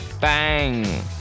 bang